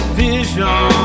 vision